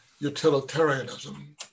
utilitarianism